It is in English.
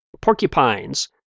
porcupines